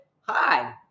hi